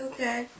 Okay